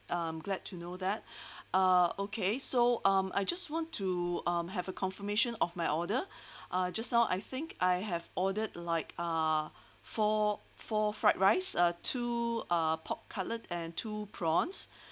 I'm glad to know that uh okay so um I just want to um have a confirmation of my order uh just now I think I have ordered like uh four four fried rice uh two uh pork cutlet and two prawns